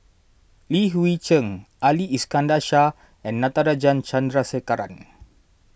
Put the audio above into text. Li Hui Cheng Ali Iskandar Shah and Natarajan Chandrasekaran